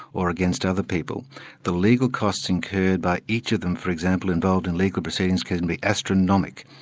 or against other people the legal costs incurred by each of them for example, involved in legal proceedings, can be astronomic.